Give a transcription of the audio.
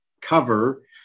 cover